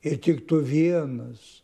ir tik tu vienas